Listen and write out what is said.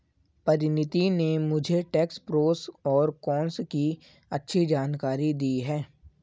परिनीति ने मुझे tax pros और कोन्स की अच्छी जानकारी दी है